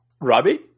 Robbie